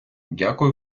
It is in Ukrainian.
дякую